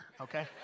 okay